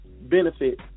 benefit